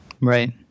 Right